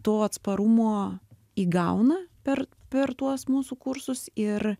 to atsparumo įgauna per per tuos mūsų kursus ir